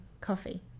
coffee